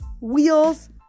wheels